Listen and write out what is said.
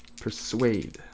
Persuade